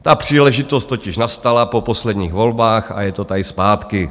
Ta příležitost totiž nastala po posledních volbách a je to tady zpátky.